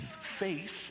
faith